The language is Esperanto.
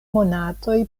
monatoj